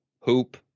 hoop